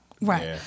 Right